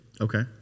Okay